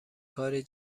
کاری